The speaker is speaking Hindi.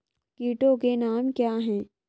कीटों के नाम क्या हैं?